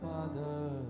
Father